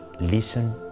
listen